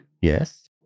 Yes